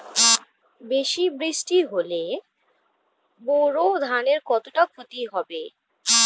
বেশি বৃষ্টি হলে বোরো ধানের কতটা খতি হবে?